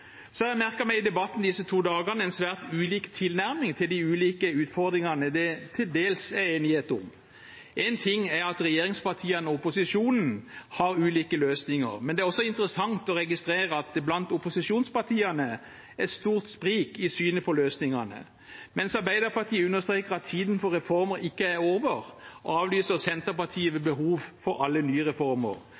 Så har jeg i debatten disse to dagene merket meg svært ulike tilnærminger til de ulike utfordringene det til dels er enighet om. Én ting er at regjeringspartiene og opposisjonen har ulike løsninger, men det er også interessant å registrere at det blant opposisjonspartiene er stort sprik i synet på løsningene. Mens Arbeiderpartiet understreker at tiden for reformer ikke er over, avlyser Senterpartiet behov for alle nye reformer.